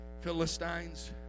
Philistines